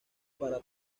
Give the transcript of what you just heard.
para